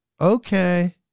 Okay